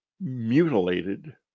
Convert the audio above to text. mutilated